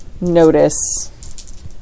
Notice